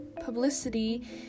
publicity